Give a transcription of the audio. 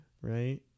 right